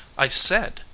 i said,